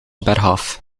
bergaf